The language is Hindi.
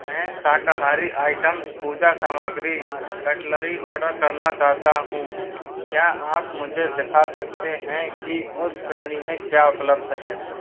मैं शाकाहारी आइटम्स पूजा सामग्री कटलरी ऑर्डर करना चाहता हूँ क्या आप मुझे दिखा सकते हैं कि उस श्रेणी में क्या उपलब्ध है